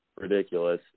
ridiculous